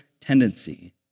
tendency